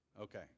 Okay